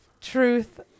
Truth